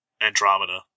Andromeda